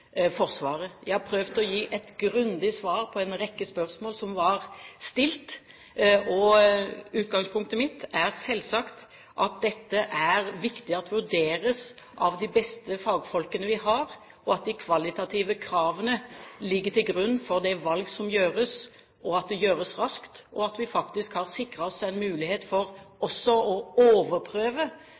Forsvaret. Jeg har prøvd å gi et grundig svar på en rekke spørsmål som var stilt. Utgangspunktet mitt er selvsagt at det er viktig at dette vurderes av de beste fagfolkene vi har, og at kvalitative krav må ligge til grunn for det valg som gjøres, at det gjøres raskt og at vi faktisk har sikret oss en mulighet for også å overprøve